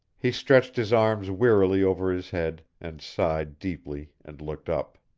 he stretched his arms wearily over his head, and sighed deeply and looked up.